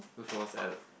which was at